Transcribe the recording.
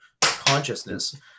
consciousness